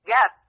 Yes